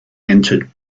entered